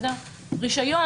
רישיון,